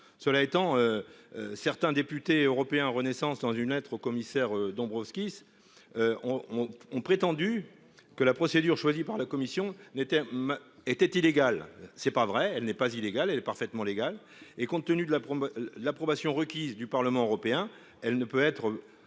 Cela étant. Certains députés européens Renaissance dans une lettre au commissaire Dombrovskis. Ont ont prétendu que la procédure choisie par la commission n'était. Était illégal. C'est pas vrai, elle n'est pas illégale, elle est parfaitement légal, et compte tenu de la promo l'approbation requise du Parlement européen. Elle ne peut être